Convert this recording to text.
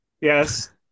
yes